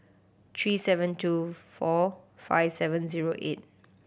three seven two four five seven zero eight